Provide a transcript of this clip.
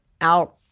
out